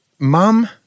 mum